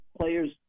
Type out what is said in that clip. players